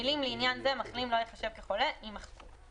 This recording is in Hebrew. המילים "לעניין זה מחלים לא ייחשב כחולה" יימחקו,